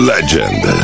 Legend